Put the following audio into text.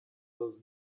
those